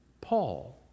Paul